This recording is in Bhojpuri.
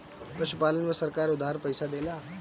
पशुपालन में सरकार उधार पइसा देला?